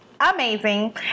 amazing